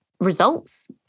results